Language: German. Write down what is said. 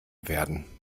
werden